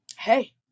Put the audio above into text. hey